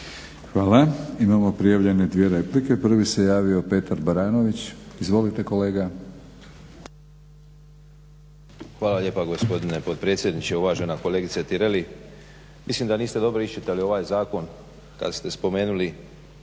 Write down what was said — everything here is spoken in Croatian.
Hvala. Imamo prijavljene dvije replike. Prvi se javio Petar Baranović. Izvolite kolega. **Baranović, Petar (HNS)** Hvala lijepa gospodine potpredsjedniče. Uvažena kolegice Tireli, mislim da niste dobro iščitali ovaj zakon kad ste spomenuli